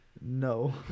no